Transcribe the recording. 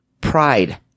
pride